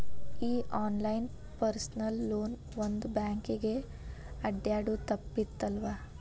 ಈ online personal loan ಬಂದ್ ಬ್ಯಾಂಕಿಗೆ ಅಡ್ಡ್ಯಾಡುದ ತಪ್ಪಿತವ್ವಾ